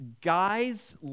guys